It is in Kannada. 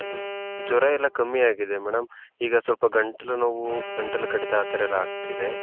ಅದು ಜ್ವರ ಎಲ್ಲ ಕಮ್ಮಿ ಆಗಿದೆ ಮೇಡಮ್ ಈಗ ಸ್ವಲ್ಪ ಗಂಟಲು ನೋವು ಗಂಟಲು ಕಡಿತ ಆ ಥರ ಎಲ್ಲ ಆಗ್ತಿದೆ